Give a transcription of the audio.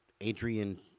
Adrian